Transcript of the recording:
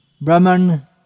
Brahman